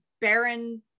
barren